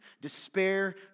despair